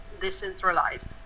decentralized